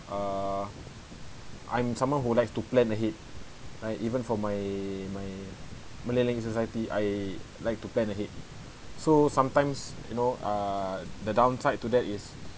err I'm someone who likes to plan ahead like even for my my malay language society I like to plan ahead so sometimes you know err the downside to that is